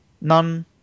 None